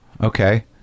Okay